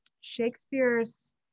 Shakespeare's